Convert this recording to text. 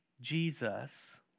Jesus